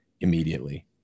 immediately